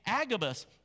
Agabus